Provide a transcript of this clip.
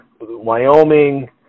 Wyoming